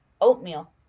oatmeal